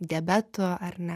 diabetu ar ne